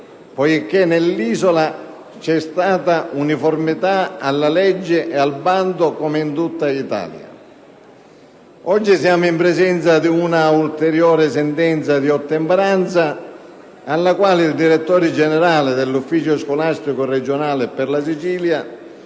poiché nell'isola c'è stata uniformità alla legge e al bando come in tutta Italia. Oggi siamo in presenza di una ulteriore sentenza di ottemperanza alla quale il direttore generale dell'ufficio scolastico regionale per la Sicilia